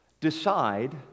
Decide